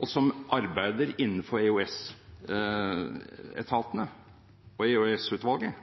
og som arbeider innenfor EOS-etatene og i EOS-utvalget.